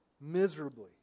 miserably